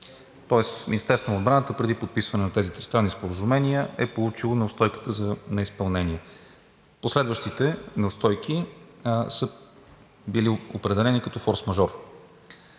тоест Министерството на отбраната преди подписване на тези тристранни споразумения е получило неустойката за неизпълнение. Последващите неустойки са били определени като форсмажор.